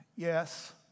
Yes